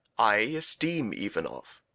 i esteem ivanoff,